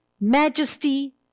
majesty